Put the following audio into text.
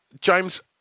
James